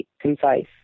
concise